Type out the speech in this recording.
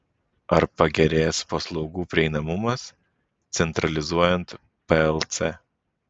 ar pagerės paslaugų prieinamumas centralizuojant plc